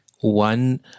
one